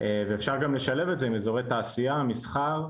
ואפשר גם לשלב את זה עם אזורי תעשייה, מסחר.